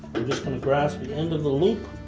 we're just going to grasp the end of the loop